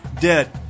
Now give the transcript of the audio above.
dead